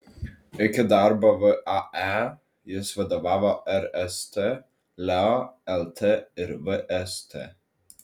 iki darbo vae jis vadovavo rst leo lt ir vst